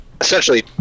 essentially